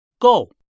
go